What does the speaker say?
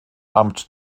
amt